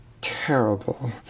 terrible